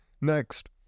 next